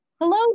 Hello